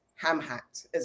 ham-hacked